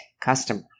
customer